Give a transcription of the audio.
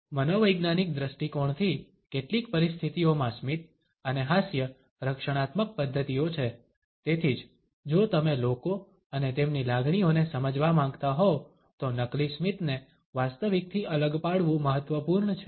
મનોવૈજ્ઞાનિક દૃષ્ટિકોણથી કેટલીક પરિસ્થિતિઓમાં સ્મિત અને હાસ્ય રક્ષણાત્મક પદ્ધતિઓ છે તેથી જ જો તમે લોકો અને તેમની લાગણીઓને સમજવા માંગતા હોવ તો નકલી સ્મિતને વાસ્તવિકથી અલગ પાડવું મહત્વપૂર્ણ છે